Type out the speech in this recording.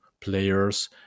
players